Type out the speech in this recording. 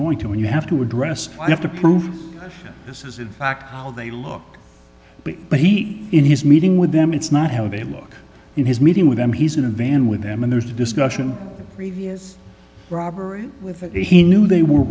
going to win you have to address i have to prove that this is in fact how they look but he in his meeting with them it's not how they look in his meeting with them he's in a van with them and there's a discussion previous robbery with if he knew they were